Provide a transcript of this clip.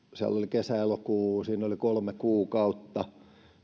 kesä elokuussa siinä oli kolme kuukautta